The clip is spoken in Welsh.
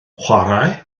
chwarae